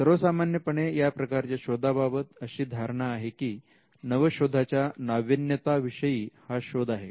सर्वसामान्यपणे या प्रकारच्या शोधाबाबत अशी धारणा आहे की नवशोधाच्या नाविन्यता विषयी हा शोध आहे